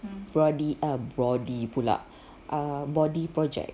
brody um brody pula err body project